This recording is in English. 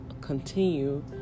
continue